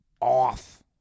off